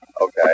Okay